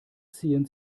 ziehen